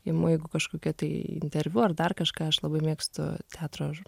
imu jeigu kažkokį tai interviu ar dar kažką aš labai mėgstu teatro